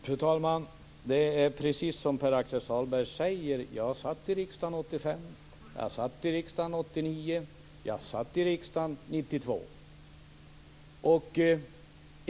Fru talman! Precis som Pär-Axel Sahlberg säger satt jag i riksdagen 1985, 1989 och 1992.